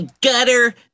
Gutter